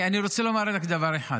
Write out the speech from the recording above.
אני רוצה לומר רק דבר אחד: